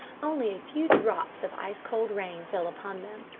only a few drops of ice-cold rain fell upon them.